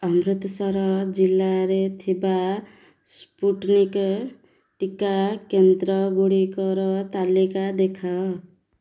ଅମୃତସର ଜିଲ୍ଲାରେ ଥିବା ସ୍ପୁଟନିକ୍ ଟିକା କେନ୍ଦ୍ରଗୁଡ଼ିକର ତାଲିକା ଦେଖାଅ